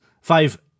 five